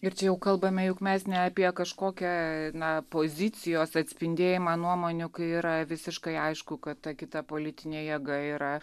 ir čia jau kalbame juk mes ne apie kažkokią na pozicijos atspindėjimą nuomonių kai yra visiškai aišku kad ta kita politinė jėga yra